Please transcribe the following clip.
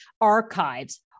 archives